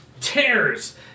tears